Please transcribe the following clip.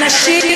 עצמם.